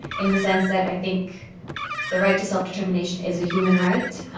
in the sense that i think the right to self-determination is a human right.